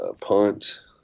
punt